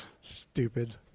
Stupid